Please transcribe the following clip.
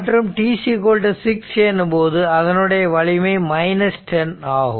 மற்றும் t6 எனும்போது அதனுடைய வலிமை 10 ஆகும்